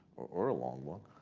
or a long one.